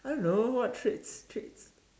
I don't know what traits traits